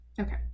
Okay